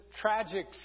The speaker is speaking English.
tragic